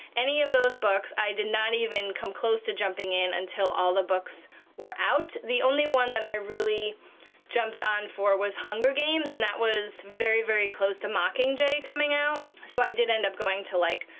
any of those books, i did not even come close to jumping in until all the books were out. the only one that i really jumped on for was hunger games, and that was very, very close to mockingjay coming out. so i did end up going to, like,